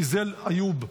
איזיל איוב,